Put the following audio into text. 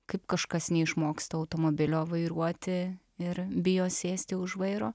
kaip kažkas neišmoksta automobilio vairuoti ir bijo sėsti už vairo